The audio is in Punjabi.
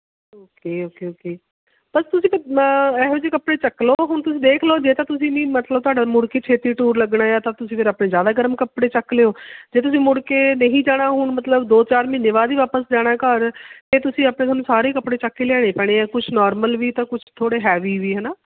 ਓਕੇ ਓਕੇ ਓਕੇ ਬਸ ਤੁਸੀਂ ਇਹੋ ਜਿਹੇ ਕੱਪੜੇ ਚੱਕ ਲੋ ਹੁਣ ਤੁਸੀਂ ਦੇਖ ਲੋ ਜੇ ਤਾਂ ਤੁਸੀਂ ਮੀਨ ਮਤਲਬ ਤੁਹਾਡਾ ਮੁੜ ਕੇ ਛੇਤੀ ਟੂਰ ਲੱਗਣਾ ਆ ਤਾਂ ਤੁਸੀਂ ਫਿਰ ਆਪਣੇ ਜ਼ਿਆਦਾ ਗਰਮ ਕੱਪੜੇ ਚੱਕ ਲਿਓ ਜੇ ਤੁਸੀਂ ਮੁੜ ਕੇ ਨਹੀਂ ਜਾਣਾ ਹੁਣ ਮਤਲਬ ਦੋ ਚਾਰ ਮਹੀਨੇ ਬਾਅਦ ਹੀ ਵਾਪਸ ਜਾਣਾ ਘਰ ਤਾਂ ਤੁਸੀਂ ਆਪਣੇ ਤੁਹਾਨੂੰ ਸਾਰੇ ਹੀ ਕੱਪੜੇ ਚੱਕ ਕੇ ਲਿਆਣੇ ਪੈਣੇ ਆ ਕੁਛ ਨੋਰਮਲ ਵੀ ਤਾਂ ਕੁਛ ਥੋੜ੍ਹੇ ਹੈਵੀ ਵੀ ਹੈ ਨਾ